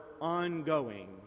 ongoing